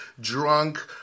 drunk